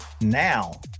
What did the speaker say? now